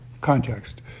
context